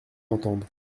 l’entendre